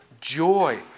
joy